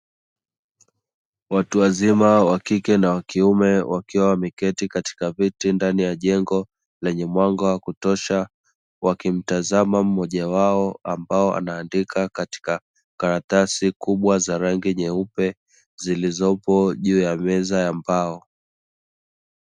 Watu wazima wa kike na wa kuime wakiwa wameketi katika benchi ndani ya jengo lenye mwanga wa kutosha, wakimtazama mmoja wao ambao andika katika karatasi kubwa za rangi nyeupe zilizopo juu ya meza ya mbao.